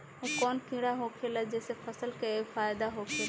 उ कौन कीड़ा होखेला जेसे फसल के फ़ायदा होखे ला?